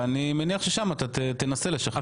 ואני מניח ששם אתה תנסה לשכנע.